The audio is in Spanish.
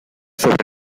sobre